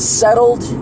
settled